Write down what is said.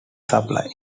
supply